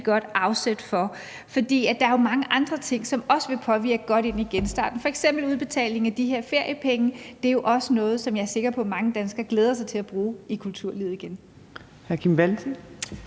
godt afsæt for, for der er jo mange andre ting, som også vil påvirke genstarten godt, f.eks. udbetaling af de her feriepenge. Det er jo også nogle, som jeg er sikker på mange danskere glæder sig til at bruge i kulturlivet igen.